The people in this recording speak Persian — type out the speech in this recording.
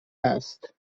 است